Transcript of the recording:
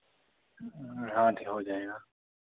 हाँ धी हो जाएगा